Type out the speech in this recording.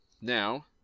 Now